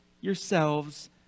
yourselves